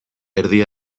erdi